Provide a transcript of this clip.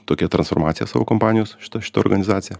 tokią transformaciją savo kompanijos šita šita organizacija